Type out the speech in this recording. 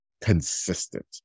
consistent